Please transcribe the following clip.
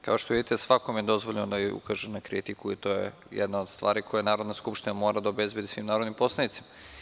Kao što vidite, svakome je dozvoljeno da ukaže na kritiku i to je jedna od stvari koje Narodna skupština mora da obezbedi svim narodnim poslanicima.